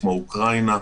כמו אוקראינה.